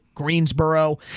Greensboro